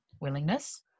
willingness